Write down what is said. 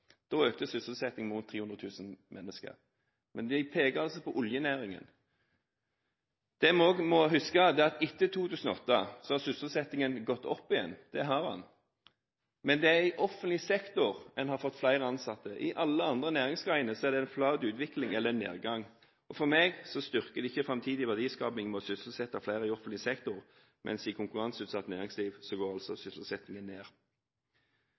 Da økte sysselsettingen med rundt 300 000 mennesker. Men de peker altså på oljenæringen. Det vi også må huske, er at etter 2008 har sysselsettingen gått opp igjen – det har den. Men det er i offentlig sektor en har fått flere ansatte. I alle andre næringsgrener er det flat utvikling eller nedgang. For meg styrker det ikke framtidig verdiskaping å sysselsette flere i offentlig sektor, mens sysselsettingen i konkurranseutsatt næringsliv går